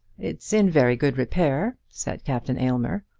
it's in very good repair, said captain aylmer.